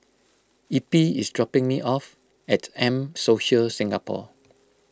Eppie is dropping me off at M Social Singapore